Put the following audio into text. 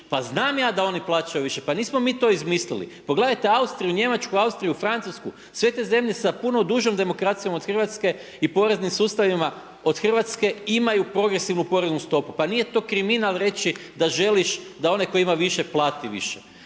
Pa znam ja da oni plaćaju više, pa nismo mi to izmislili. Pogledajte Austriju, Njemačku, Austriju, Francusku, sve te zemlje sa puno dužom demokracijom od Hrvatske i poreznim sustavima od Hrvatske imaju progresivnu poreznu stopu, pa nije to kriminal reći da želiš, da onaj koji ima više plati više.